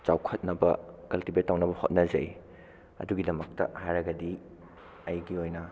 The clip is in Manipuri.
ꯆꯥꯎꯈꯠꯅꯕ ꯀꯜꯇꯤꯕꯦꯠ ꯇꯧꯅꯕ ꯍꯣꯠꯅꯖꯩ ꯑꯗꯨꯒꯤꯗꯃꯛꯇ ꯍꯥꯏꯔꯒꯗꯤ ꯑꯩꯒꯤ ꯑꯣꯏꯅ